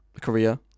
Korea